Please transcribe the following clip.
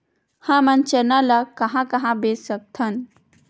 हमन चना ल कहां कहा बेच सकथन?